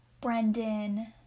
Brendan